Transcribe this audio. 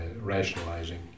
rationalizing